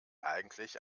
eigentlich